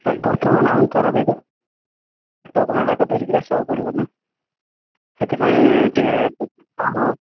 sir ବର୍ତ୍ତମାନ ଆମେ ତ ରୋଗୀକୁ ଡକ୍ୟୁମେଣ୍ଟ୍ଯାକା ଦେଇକି ଆସିବାକୁ ପଡ଼ିବ ନା ସେଥିପାଇଁ ଟିକିଏ